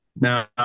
Now